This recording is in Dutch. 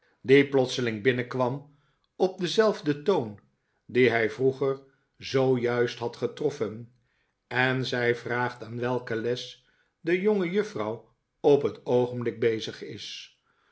die plotseling binnenkwam op denzelfden toon dien hij vroeger zoo juist had getroffen en zij vraagt aan welke les de jongejuffrouw op het oogenblik bezig is